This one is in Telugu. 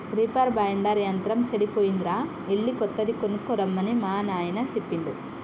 రిపర్ బైండర్ యంత్రం సెడిపోయిందిరా ఎళ్ళి కొత్తది కొనక్కరమ్మని మా నాయిన సెప్పిండు